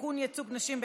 הוכחתם שאתם נגד נשים.